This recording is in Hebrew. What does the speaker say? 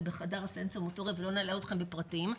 ובחדר ה- -- לא נלאה אתכם בפרטים,